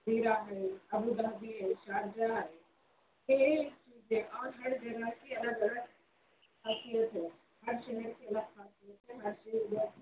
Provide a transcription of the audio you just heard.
ابو Dhabi ہے Sharjah ہے